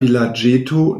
vilaĝeto